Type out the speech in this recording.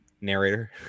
narrator